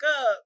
up